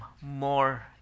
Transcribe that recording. more